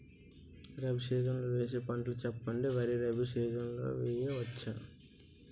Rabi season లో వేసే పంటలు చెప్పండి? వరి రబీ సీజన్ లో వేయ వచ్చా?